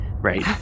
Right